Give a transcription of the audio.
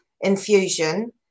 infusion